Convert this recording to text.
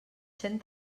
cent